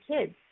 kids